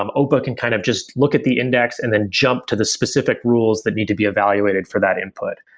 um opa can kind of just look at the index and then jump to the specific rules that need to be evaluated for that input.